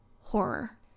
horror